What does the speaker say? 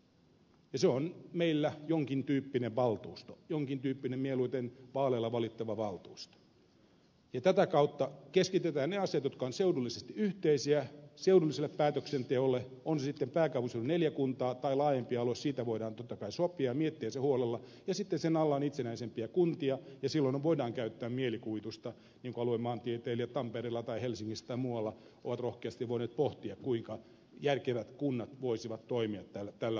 ja se on meillä jonkin tyyppinen valtuusto jonkin tyyppinen mieluiten vaaleilla valittava valtuusto ja tätä kautta keskitetään ne asiat jotka ovat seudullisesti yhteisiä seudulliselle päätöksenteolle on se sitten pääkaupunkiseudun neljä kuntaa tai laajempi alue siitä voidaan totta kai sopia ja miettiä se huolella ja sitten sen alla on itsenäisempiä kuntia ja silloinhan voidaan käyttää mielikuvitusta niin kuin aluemaantieteilijät tampereella tai helsingissä tai muualla ovat rohkeasti voineet pohtia kuinka järkevät kunnat voisivat toimia tällä alueella